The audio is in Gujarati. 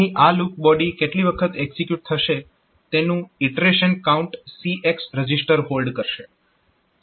અહીં આ લૂપ બોડી કેટલી વખત એકઝીક્યુટ થશે તેનું iteration count CX register hold કરશે